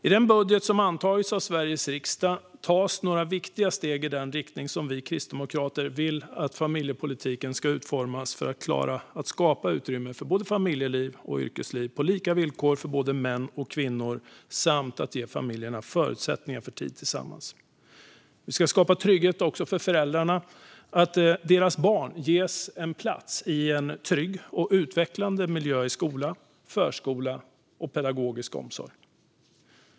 I den budget som har antagits av Sveriges riksdag tas några viktiga steg i den riktning som vi kristdemokrater vill att familjepolitiken ska utformas för att klara att skapa utrymme för både familjeliv och yrkesliv på lika villkor för män och kvinnor samt ge familjer förutsättningar för tid tillsammans. Vi ska också skapa trygghet för föräldrarna att veta att deras barn ges plats i en trygg och utvecklande miljö i skola, förskola och pedagogisk omsorg.